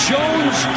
Jones